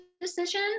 decision